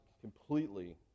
completely